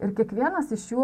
ir kiekvienas iš jų